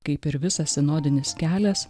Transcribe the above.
kaip ir visas sinodinis kelias